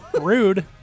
rude